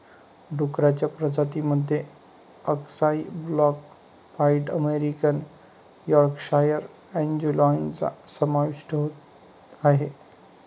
डुक्करांच्या प्रजातीं मध्ये अक्साई ब्लॅक पाईड अमेरिकन यॉर्कशायर अँजेलॉनचा समावेश आहे